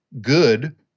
good